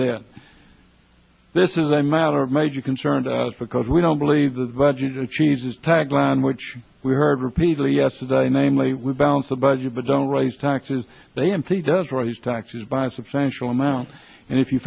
debt this is a matter of major concern to us because we don't believe that budget achieves tagline which we heard repeatedly yesterday namely we balance the budget but don't raise taxes they simply does raise taxes by a substantial amount and if you